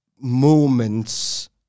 moments